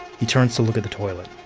he turns to look at the toilet.